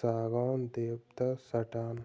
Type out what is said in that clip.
सागौन, देवदार, साटन